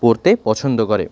পরতে পছন্দ করে